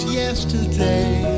yesterday